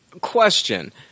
question